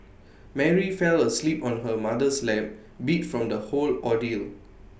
Mary fell asleep on her mother's lap beat from the whole ordeal